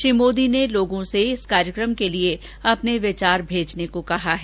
श्री मोदी ने लोगों से इस कार्यक्रम के लिए अपने विचार भेजने को कहा है